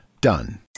done